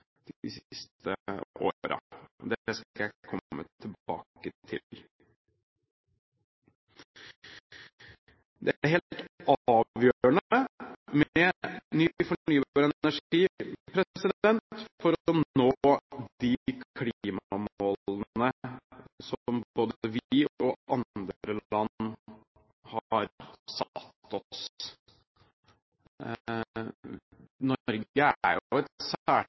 energisparing, de siste årene. Dette skal jeg komme tilbake til. Det er helt avgjørende med ny fornybar energi for å nå de klimamålene som både vi, og andre land, har satt. Norge er jo et